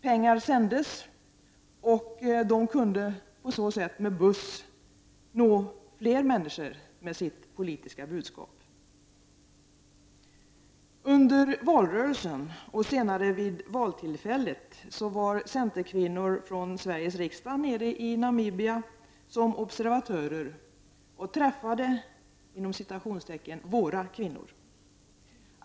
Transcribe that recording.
Pengar sändes, och de kunde tack vare detta med buss nå många fler människor med sitt politiska budskap. Under valrörelsen och senare vid valtillfället var centerkvinnor från Sveriges riksdag nere i Namibia som observatörer och träffade ”våra” kvinnor.